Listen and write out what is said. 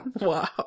Wow